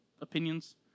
opinions